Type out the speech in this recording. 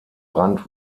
rand